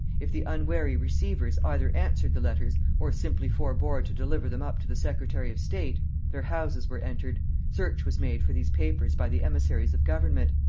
if the unwary receivers either answered the letters, or simply forbore to deliver them up to the secretary of state, their houses were entered search was made for these papers by the emissaries of government,